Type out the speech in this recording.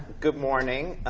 good morning.